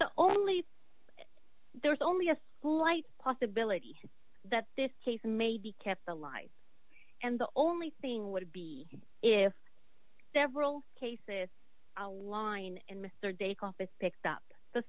the only there's only a light possibility that this case may be kept alive and the only thing would be if several cases align and mr dacre office picked up the